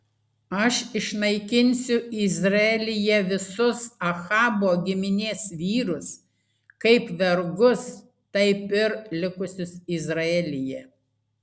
aš išnaikinsiu izraelyje visus ahabo giminės vyrus kaip vergus taip ir likusius izraelyje